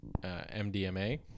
MDMA